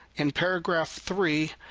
in paragraph three,